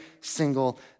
single